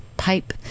pipe